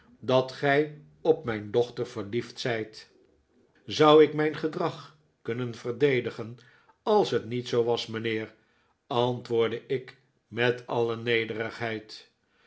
dat gij op mijn dochter verliefd zijt zou ik mijn gedrag kunnen verdedigeri als het niet zoo was mijnheer antwoordde ik met alle nederigheid